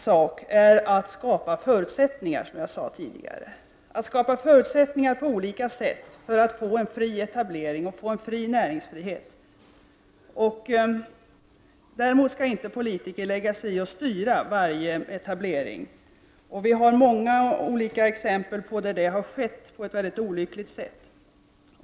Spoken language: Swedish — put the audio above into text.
Det är en uppgift för politikerna att på olika sätt skapa förutsättningar för en fri etablering och näringsfrihet. Däremot skall politiker inte lägga sig i och styra varje etablering. Vi har många olika exempel på där så har skett på ett mycket olyckligt sätt.